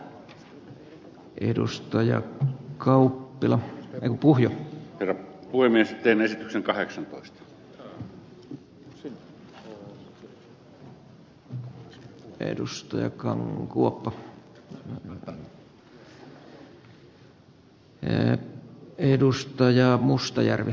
koneellani on vaikeuksia hyväksyä tukea hallituksen esityksille edes silloin kun ne edustajaa mustajärvi